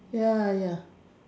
ya ya